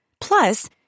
Plus